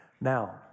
Now